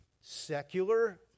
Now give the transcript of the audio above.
secular